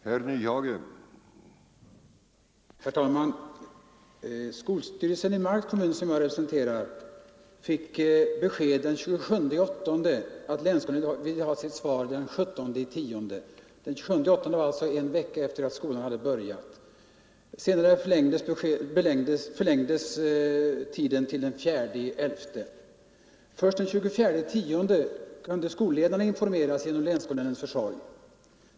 Herr talman! Skolstyrelsen i Mariss: kommun, vilken kommun jag re Torsdagen den PRSSERISraR fick besked den i augusti — dvs. en vecka efter det att skolan 3liäktoberd974 börjat — att länsskolnämnden ville ha svar den 17 oktober. Sedan förlängdes LL tiden till den 4 november. Först den 24 oktober kunde skolledarna informeras — Ang. remissbehandgenom länsskolnämndens försorg.